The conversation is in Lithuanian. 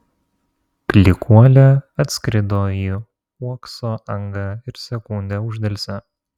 klykuolė atskrido į uokso angą ir sekundę uždelsė